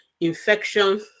infection